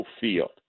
Field